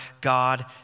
God